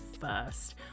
first